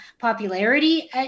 popularity